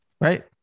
right